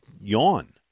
yawn